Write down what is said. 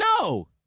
No